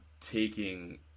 taking